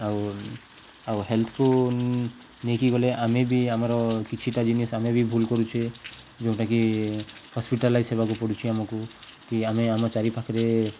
ଆଉ ଆଉ ହେଲ୍ଥକୁ ନେଇକି ଗଲେ ଆମେ ବି ଆମର କିଛିଟା ଜିନିଷ ଆମେ ବି ଭୁଲ କରୁଛେ ଯେଉଁଟାକି ହସ୍ପିଟାଲାଇଜ ସେବାକୁ ପଡ଼ୁଛି ଆମକୁ କି ଆମେ ଆମ ଚାରିପାଖରେ